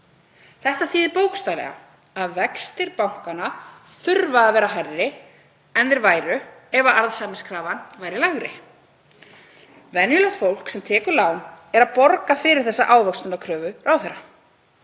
Þetta þýðir bókstaflega að vextir bankanna þurfa að vera hærri en þeir væru ef arðsemiskrafan væri lægri. Venjulegt fólk sem tekur lán er að borga fyrir þessa ávöxtunarkröfu ráðherra.